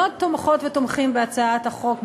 מאוד תומכות ותומכים בהצעת החוק.